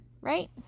right